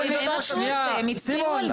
מיכאל הם הצביעו על זה.